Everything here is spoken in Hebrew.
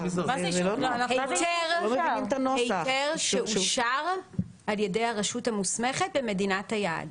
היתר שאושר על ידי הרשות המוסמכת במדינת היעד.